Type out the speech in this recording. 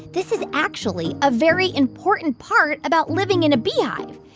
this is actually a very important part about living in a beehive.